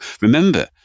remember